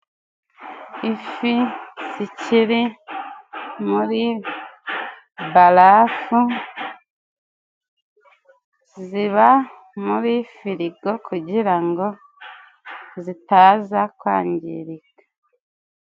Ifi zikiri muri barafu ziba muri firigo kugirango zitaza kwangirika.